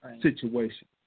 situation